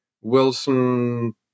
Wilson